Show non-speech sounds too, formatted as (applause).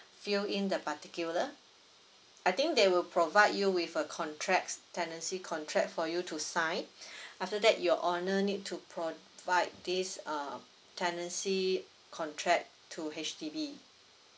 fill in the particular I think they will provide you with a contracts tenancy contract for you to sign (breath) after that your owner need to provide this uh tenancy contract to H_D_B